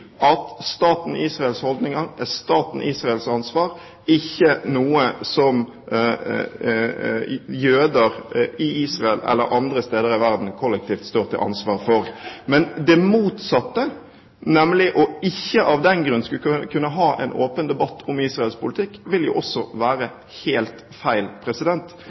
at staten Israels holdninger er staten Israels ansvar, ikke noe som jøder i Israel eller andre steder i verden kollektivt står til ansvar for. Men det motsatte, nemlig av den grunn ikke å kunne ha en åpen debatt om Israels politikk, vil også være helt feil.